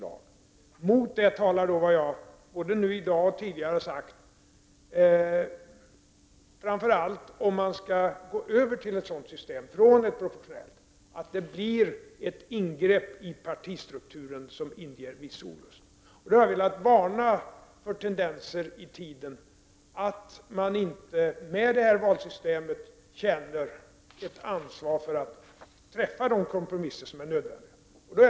Om man skall gå över från ett proportionellt valsystem till ett system med majoritetsval, medför detta ett ingrepp i partistrukturen som inger en viss olust. Jag har varnat för tendenser i tiden till att man med detta valsystem inte känner ansvar för att göra de kompromisser som är nödvändiga.